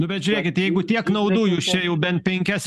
nu bet žiūrėkit jeigu tiek naudų jūs čia jau bent penkias